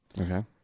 Okay